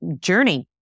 journey